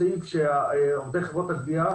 שעובדי חברות הגבייה